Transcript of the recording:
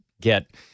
get